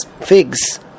figs